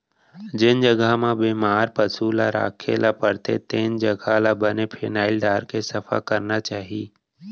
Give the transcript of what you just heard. जेन जघा म बेमार पसु ल राखे ल परथे तेन जघा ल बने फिनाइल डारके सफा करना चाही